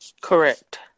Correct